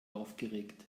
aufgeregt